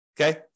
okay